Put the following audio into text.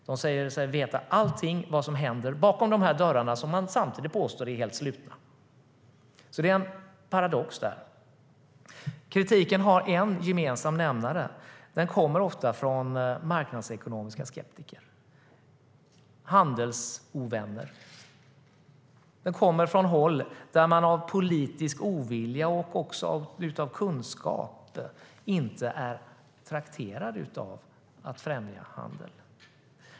De säger sig veta allt om vad som händer bakom de dörrar som de samtidigt påstår är helt slutna. Där finns en paradox. Kritiken har en gemensam nämnare: Den kommer ofta från marknadsekonomiskeptiker och handelsovänner. Den kommer från håll där man av politisk ovilja och utav kunskap inte är trakterade av att främja handel.